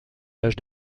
l’âge